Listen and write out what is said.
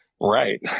Right